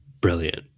brilliant